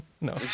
No